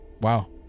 wow